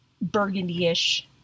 burgundy-ish